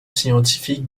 scientifiques